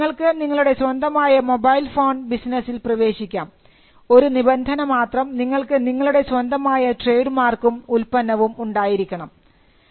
അതുകൊണ്ട് നിങ്ങൾക്ക് നിങ്ങളുടെ സ്വന്തമായ മൊബൈൽ ഫോൺ ബിസിനസ്സിൽ പ്രവേശിക്കാം ഒരു നിബന്ധന മാത്രം നിങ്ങൾക്ക് നിങ്ങളുടെ സ്വന്തമായ ട്രേഡ് മാർക്കും ഉൽപ്പന്നവും ഉണ്ടായിരിക്കണം